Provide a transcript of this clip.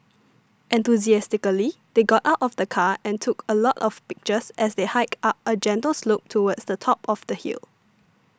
enthusiastically they got out of the car and took a lot of pictures as they hiked up a gentle slope towards the top of the hill